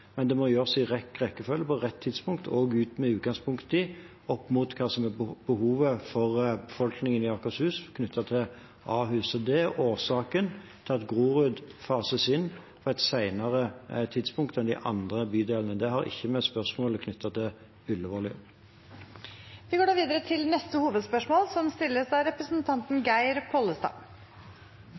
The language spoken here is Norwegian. men det må gjøres i rett rekkefølge, på rett tidspunkt og med utgangspunkt i hva som er behovet for befolkningen i Akershus knyttet til Ahus. Det er årsaken til at Grorud fases inn på et senere tidspunkt enn de andre bydelene. Det har ikke med spørsmålet knyttet til Ullevål å gjøre. Vi går videre til neste hovedspørsmål.